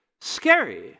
Scary